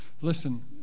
Listen